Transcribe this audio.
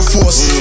Force